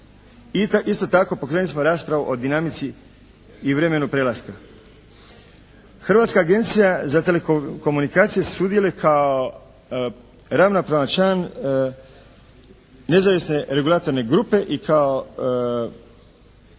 Isto tako, pokrenuli smo raspravu o dinamici i vremenu prelaska. Hrvatska agencija za telekomunikacije sudjeluje kao ravnopravan član nezavisne regulatorne grupe i kao,